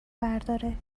برداره